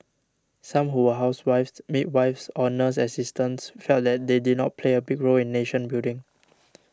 some who were housewives midwives or nurse assistants felt that they did not play a big role in nation building